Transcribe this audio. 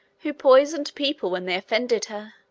who poisoned people when they offended her.